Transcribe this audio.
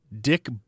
Dick